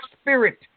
spirit